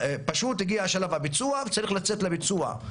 פשוט יגיע שלב הביצוע וצריך יהיה לצאת לביצוע,